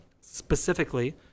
specifically